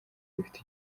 bifite